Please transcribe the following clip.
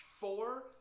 Four